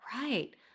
Right